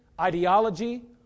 ideology